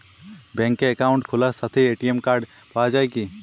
ব্যাঙ্কে অ্যাকাউন্ট খোলার সাথেই এ.টি.এম কার্ড পাওয়া যায় কি?